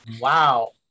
Wow